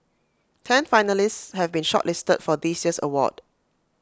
ten finalists have been shortlisted for this year's award